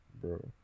Bro